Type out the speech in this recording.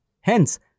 Hence